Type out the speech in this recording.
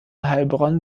heilbronn